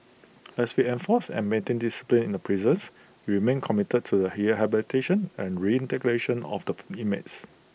as we enforced and maintained discipline in the prisons we remain committed to the here habitation and reintegration of the inmates